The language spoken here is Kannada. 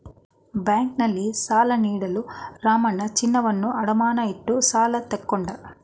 ಬ್ಯಾಂಕ್ನಲ್ಲಿ ಸಾಲ ನೀಡಲು ರಾಮಣ್ಣ ಚಿನ್ನವನ್ನು ಅಡಮಾನ ಇಟ್ಟು ಸಾಲ ತಗೊಂಡ